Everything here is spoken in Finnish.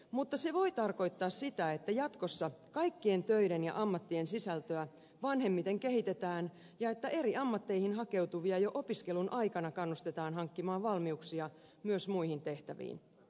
mutta se voi tarkoittaa sitä että jatkossa kaikkien töiden ja ammattien sisältöä vanhemmiten kehitetään ja että eri ammatteihin hakeutuvia jo opiskelun aikana kannustetaan hankkimaan valmiuksia myös muihin tehtäviin